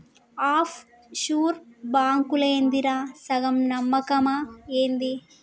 half sure బాంకులేందిరా, సగం నమ్మకమా ఏంది